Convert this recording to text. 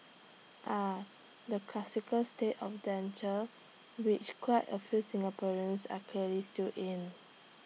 ah the classic state of danger which quite A few Singaporeans are clearly still in